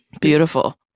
Beautiful